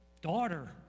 daughter